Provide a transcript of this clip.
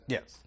Yes